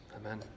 amen